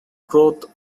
growth